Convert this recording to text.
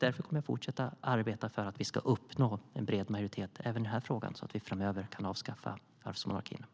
Därför kommer jag att fortsätta att arbeta för att vi ska uppnå en bred majoritet även i den här frågan, så att vi framöver kan avskaffa arvsmonarkin.